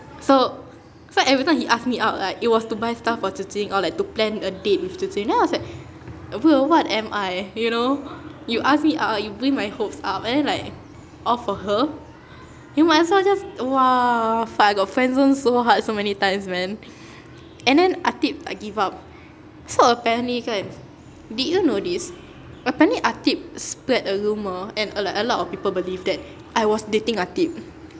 so so everytime he ask me out like it was to buy stuff for zi qing or like to plan a date with zi qing then I was like bro what am I you know you ask me out you bring my hopes up and then like all for her you might as well just !wah! fuck I got friendzone so hard so many times man and then ateeb tak give up so apparently kan did you know this apparently ateeb spread a rumour and like a lot of people believed that I was dating ateeb